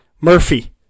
Murphy